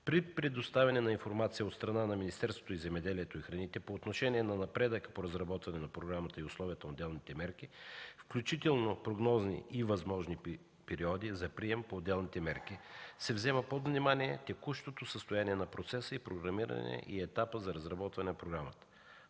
При предоставяне на информация от страна на Министерството на земеделието и храните по отношение на напредъка по разработване на програмата и условията, отделните мерки, включително прогнозни и възможни периоди за прием по отделните мерки, се взема под внимание текущото състояние на процеса, програмирането и етапът за разработване на програмата.